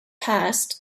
passed